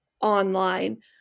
online